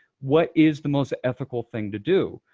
what is the most ethical thing to do?